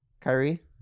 Kyrie